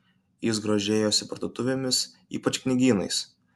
jis grožėjosi parduotuvėmis ypač knygynais